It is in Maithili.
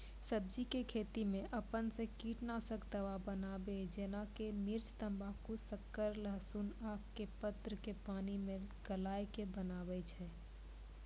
सब्जी के खेती मे अपन से कीटनासक दवा बनाबे जेना कि मिर्च तम्बाकू शक्कर लहसुन आक के पत्र के पानी मे गलाय के बनाबै छै?